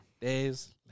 days